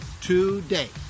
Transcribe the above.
today